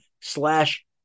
slash